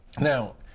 now